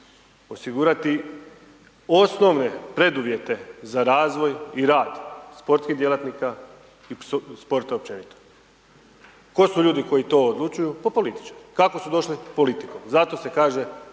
osigurati osnovne preduvjete za razvoj i rad sportskih djelatnika, sporta općenito. Tko su ljudi koji to odlučuju, pa političi, kako su došli? Pa politikom, zato se kaže